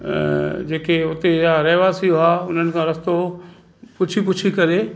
जेके उते जा रहवासी हुआ उन्हनि खां रस्तो पुछी पुछी करे